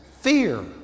fear